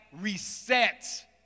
reset